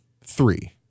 three